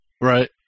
Right